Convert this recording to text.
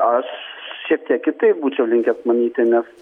aš šiek tiek kitaip būčiau linkęs manyti nes